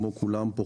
כמו כולם כאן,